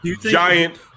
Giant